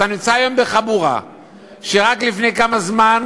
אתה נמצא היום בחבורה שרק לפני כמה זמן